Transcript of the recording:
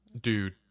Dude